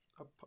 up